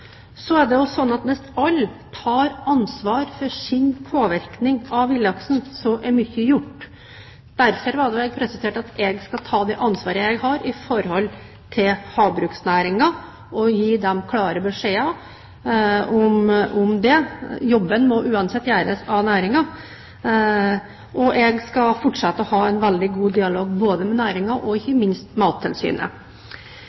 så er mye gjort. Derfor var det jeg presiserte at jeg skal ta det ansvaret jeg har når det gjelder havbruksnæringen, og gi dem klare beskjeder om det. Jobben må uansett gjøres av næringen. Jeg skal fortsette med å ha en veldig god dialog både med næringen og